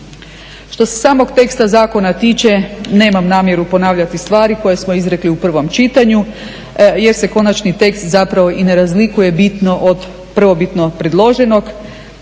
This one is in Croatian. Što se samog teksta zakona tiče, nemam namjeru ponavljati stvari koje smo izrekli u prvom čitanju jer se konačni tekst zapravo i ne razlikuje bitno od prvobitno predloženog.